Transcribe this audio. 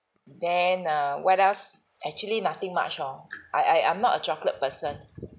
then err what else actually nothing much orh I I I'm not a chocolate person